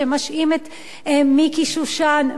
שמשעים את מיקי שושן,